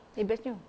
eh best nya